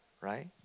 right